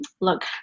look